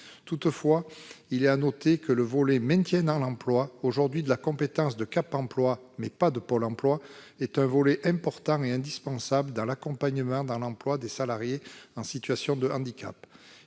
en amont de sa généralisation. Le maintien dans l'emploi, aujourd'hui de la compétence de Cap emploi mais pas de Pôle emploi, est un volet important et indispensable de l'accompagnement dans l'emploi des salariés en situation de handicap.